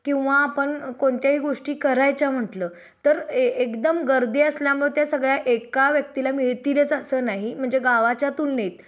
किंवा आपण कोणत्याही गोष्टी करायच्या म्हटलं तर ए एकदम गर्दी असल्यामुळे त्या सगळ्या एका व्यक्तीला मिळतीलेच असं नाही म्हणजे गावाच्या तुलनेत